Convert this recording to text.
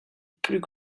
plus